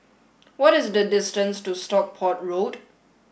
what is the distance to Stockport Road